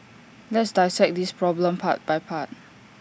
let's dissect this problem part by part